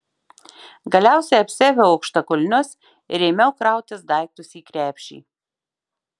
galiausiai apsiaviau aukštakulnius ir ėmiau krautis daiktus į krepšį